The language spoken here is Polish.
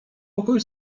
pokoju